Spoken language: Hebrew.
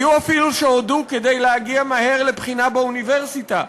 היו אפילו שהודו כדי להגיע מהר לבחינה באוניברסיטה,